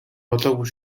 болоогүй